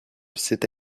site